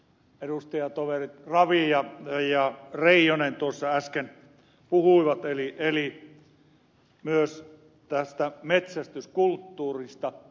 jatkan siitä mistä edustatoverit ravi ja reijonen tuossa äsken puhuivat eli myös tästä metsästyskulttuurista